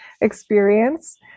experience